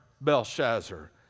Belshazzar